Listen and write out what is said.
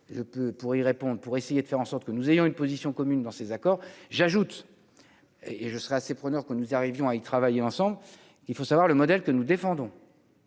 pour y répondre, pour essayer de faire en sorte que nous ayons une position commune dans ces accords, j'ajoute et je serais assez preneur qu'on nous arrivions à y travailler ensemble, il faut savoir le modèle que nous défendons.